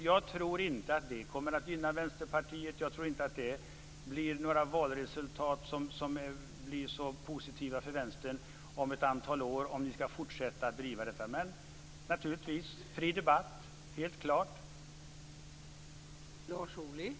Jag tror inte att det kommer att gynna Vänsterpartiet och leda till särskilt positiva valresultat för Vänstern om ett antal år, om ni ska fortsätta att driva detta, men vi har helt klart en fri debatt.